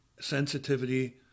sensitivity